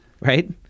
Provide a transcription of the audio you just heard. right